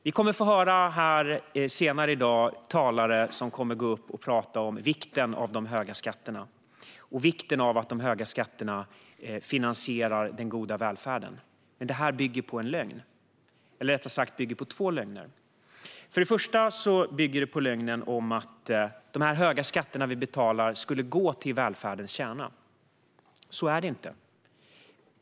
Vi kommer senare att få höra talare tala om vikten av att de höga skatterna finansierar den goda välfärden. Men detta bygger på två lögner. Den första lögnen är att de höga skatterna vi betalar går till välfärdens kärna. Så är det inte.